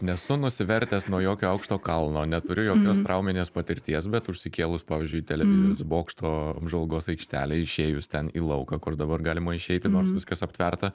nesu nusivertęs nuo jokio aukšto kalno neturiu jokios trauminės patirties bet užsikėlus pavyzdžiui į televizijos bokšto apžvalgos aikštelę išėjus ten į lauką kur dabar galima išeiti nors viskas aptverta